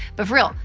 but for real,